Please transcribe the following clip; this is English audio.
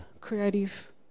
creative